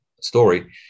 story